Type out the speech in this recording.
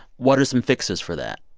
what are some fixes for that?